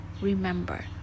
remember